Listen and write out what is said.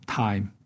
time